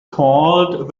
called